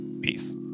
Peace